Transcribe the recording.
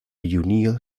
junio